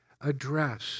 address